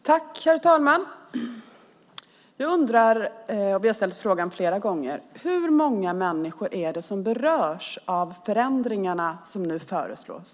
Herr talman! Jag undrar, och jag har ställt frågan flera gånger: Hur många människor är det som berörs av de förändringar som nu föreslås?